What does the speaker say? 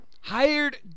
Hired